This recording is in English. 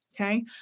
okay